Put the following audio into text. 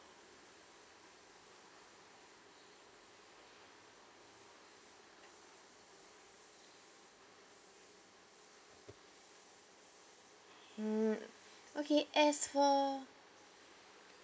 mm okay as for